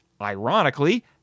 ironically